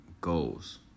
goals